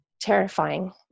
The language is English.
Terrifying